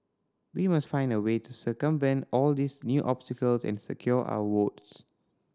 we must find a way to circumvent all these new obstacles and secure our votes